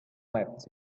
wept